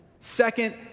Second